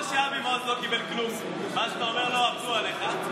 או שאבי מעוז לא קיבל כלום ואז אתה אומר לו: עבדו עליך,